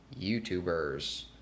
YouTubers